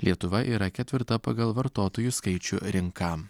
lietuva yra ketvirta pagal vartotojų skaičių rinka